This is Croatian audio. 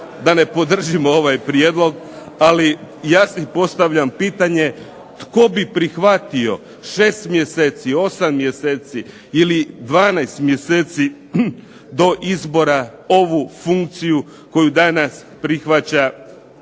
Da ne podržimo ovaj prijedlog, ali ja si postavljam pitanje tko bi prihvatio 6 mjeseci, 8 mjeseci ili 12 mjeseci do izbora ovu funkciju koju danas prihvaća